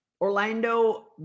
Orlando